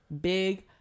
big